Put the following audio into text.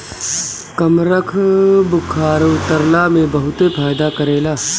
कमरख बुखार उतरला में बहुते फायदा करेला